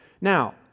Now